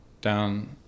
down